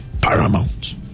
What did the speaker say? paramount